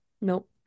Nope